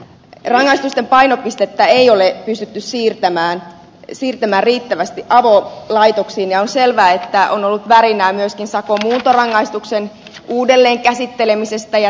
rangaistusten painopistettä ei ole pystytty siirtämään riittävästi avolaitoksiin ja on selvää että on ollut värinää myöskin sakon muuntorangaistuksen uudelleenkäsittelemisestä